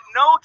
no